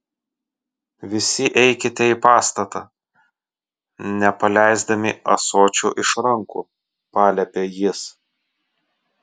visi eikite į pastatą nepaleisdami ąsočių iš rankų paliepė jis